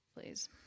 Please